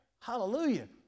Hallelujah